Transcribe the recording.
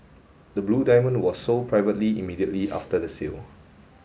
the blue diamond was sold privately immediately after the sale